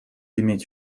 иметь